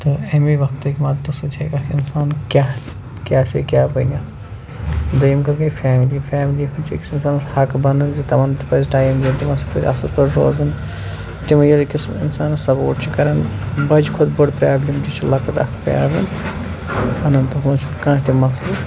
تہٕ امے وقتٕکۍ مدتہٕ سۭتۍ ہٮ۪کہِ اکھ اِنسان کیٛاہ کیاہ سے کیاہ بٔنِتھ دوٚیِم کتھ گٔے فیملی فیملی ہُنٛد چھُ أکِس اِنسانس حق بنان زِ تمن تہِ پزِ ٹایِم دیُن تِمن سۭتۍ تہِ پزِ اَصٕل پٲٹھۍ روزُن تِم ییٚلہِ أکِس اِنسانس سپوٹ چھِ کران بجہِ کھوٚت بٔڑ پرٛابلِم تہِ چھِ لکٕٹ اکھ پرٛابلِم بنان کانٛہہ تہِ مسلہٕ